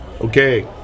Okay